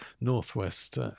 northwest